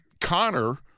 Connor